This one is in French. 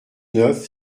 neuf